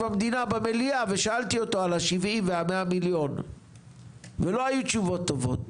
המדינה במליאה ושאלתי אותו על ה-70 וה-100 מיליון ולא היו תשובות טובות.